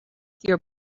your